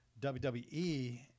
WWE